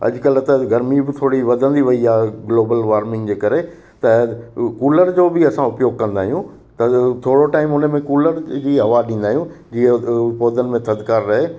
अॼुकल्ह त गर्मी बि थोरी वधंदी वई आहे ग्लोबल वॉर्मिंग जे करे त उहा कूलर जो बि असां उपयोगु कंदा आहियूं त थोरो टाइम उन में कूलर जी हवा ॾींदा आहियूं जीअं पौधनि में थधिकार रहे